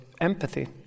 empathy